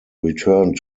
returned